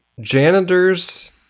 janitor's